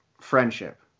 friendship